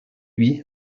lui